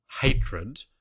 hatred